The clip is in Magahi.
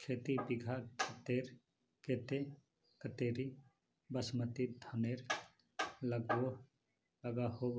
खेती बिगहा खेतेर केते कतेरी बासमती धानेर लागोहो